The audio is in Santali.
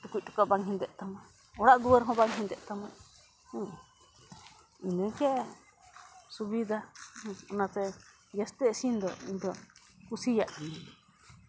ᱴᱩᱠᱩᱡ ᱴᱚᱠᱟᱜ ᱵᱟᱝ ᱦᱮᱸᱫᱮᱜ ᱛᱟᱢᱟ ᱚᱲᱟᱜ ᱫᱩᱣᱟᱹᱨ ᱦᱚᱸ ᱵᱟᱝ ᱦᱮᱸᱫᱮᱜ ᱛᱟᱢᱟ ᱦᱮᱸ ᱤᱱᱟᱹᱜᱮ ᱥᱩᱵᱤᱫᱟ ᱦᱮᱸ ᱚᱱᱟᱛᱮ ᱜᱮᱥ ᱛᱮ ᱤᱥᱤᱱ ᱫᱚ ᱤᱧ ᱫᱚ ᱠᱩᱥᱤᱭᱟᱜ ᱜᱤᱭᱟᱹᱧ